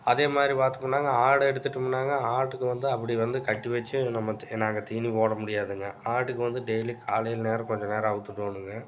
அதேமாதிரி பார்த்தோமுன்னாங்க ஆட எடுத்துகிட்டோம்னாங்க ஆட்டுக்கு வந்து அப்படி வந்து கட்டி வச்சு நம்ம நாங்கள் தீனி போடமுடியாதுங்க ஆட்டுக்கு வந்து டெய்லி காலையில் நேரம் கொஞ்ச நேரம் அவுழ்த்து விடோணுங்க